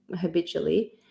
habitually